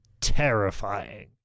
terrifying